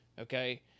Okay